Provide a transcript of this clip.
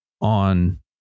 on